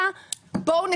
ושוב,